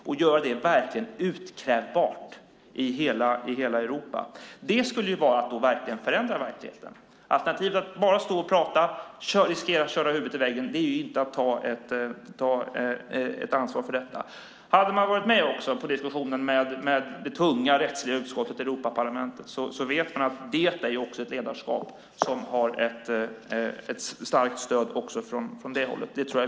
Det ska göras utkrävbart i hela Europa. Det skulle vara att verkligen förändra verkligheten. Alternativet att bara stå och prata innebär en risk att köra huvudet i väggen. Det är inte att ta ansvar. Om man hade varit med i diskussionen med det tunga rättsliga utskottet i Europaparlamentet hade man vetat att det är fråga om ett ledarskap som har ett starkt stöd därifrån.